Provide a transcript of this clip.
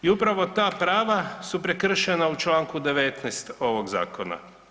I upravo ta prava su prekršena u čl. 19. ovog zakona.